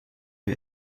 wir